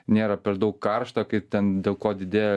nėra per daug karšta kaip ten dėl ko didėja